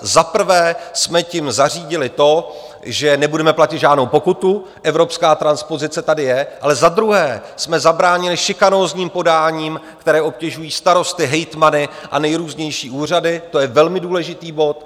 Za prvé jsme tím zařídili to, že nebudeme platit žádnou pokutu, evropská transpozice tady je, ale za druhé jsme zabránili šikanózním podáním, která obtěžují starosty, hejtmany a nejrůznější úřady to je velmi důležitý bod.